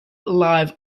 live